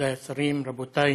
מכובדיי השרים, רבותיי